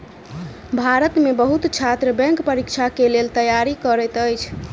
भारत में बहुत छात्र बैंक परीक्षा के लेल तैयारी करैत अछि